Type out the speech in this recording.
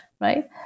Right